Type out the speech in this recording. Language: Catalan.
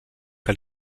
que